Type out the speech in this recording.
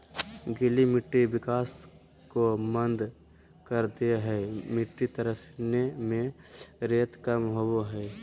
गीली मिट्टी विकास को मंद कर दे हइ मिटटी तरसने में रेत कम होबो हइ